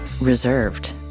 reserved